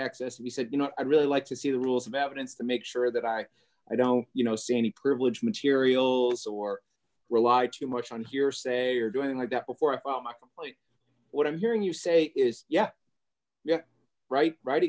access and he said you know i'd really like to see the rules of evidence to make sure that i i don't you know see any privileged materials or rely too much on hearsay or doing like that before if i walk what i'm hearing you say is yeah yeah right right